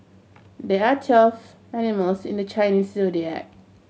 there are twelve animals in the Chinese Zodiac